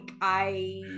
I-